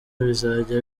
bizajya